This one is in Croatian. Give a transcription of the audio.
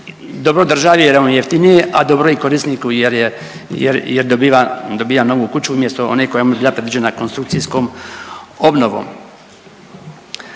Dobro državi jer … jeftinije, a dobro i korisniku jer dobiva, dobija novu kuću umjesto one koja mu je bila predviđena konstrukcijskom obnovom.